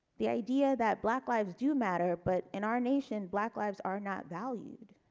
the idea that black lives do matter but in our nation black lives are not valued